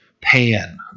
pan